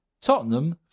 Tottenham